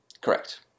Correct